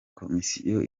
komisiyo